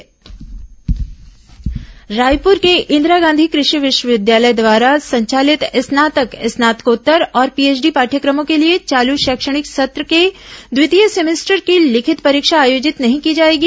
कृषि विवि परीक्षा रायपुर के इंदिरा गांधी कृषि विश्वविद्यालय द्वारा संचालित स्नातक स्नातकोत्तर और पीएचडी पाद्यक्रमों के लिए चालू शैक्षणिक सत्र के द्वितीय सेमेस्टर की लिखित परीक्षा आयोजित नहीं की जाएगी